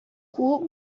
куып